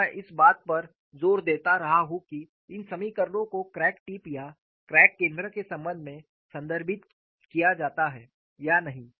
और मैं इस बात पर जोर देता रहा हूं कि इन समीकरणों को क्रैक टिप या क्रैक केंद्र के संबंध में संदर्भित किया जाता है या नहीं